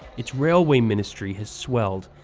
it's railway ministry has swelled,